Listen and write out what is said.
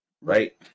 Right